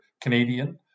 Canadian